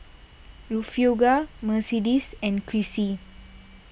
Refugio Mercedes and Crissy